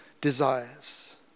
desires